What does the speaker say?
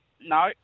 No